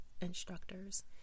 instructors